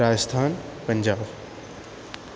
Rajasthan Punjab